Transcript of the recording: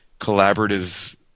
collaborative